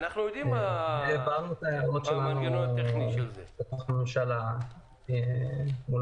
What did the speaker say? העברנו את ההערות שלנו בתוך הממשלה מול